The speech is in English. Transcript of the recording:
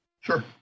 Sure